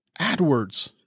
AdWords